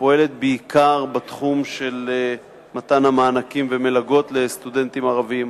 שפועלת בעיקר בתחום של מתן מענקים ומלגות לסטודנטים ערבים.